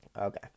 Okay